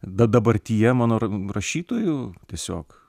da dabartyje mano ra rašytojų tiesiog